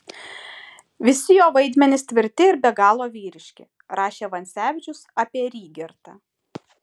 visi jo vaidmenys tvirti ir be galo vyriški rašė vancevičius apie rygertą